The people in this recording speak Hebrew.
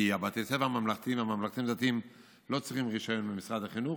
כי בתי הספר הממלכתיים והממלכתיים-דתיים לא צריכים רישיון ממשרד החינוך,